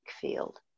field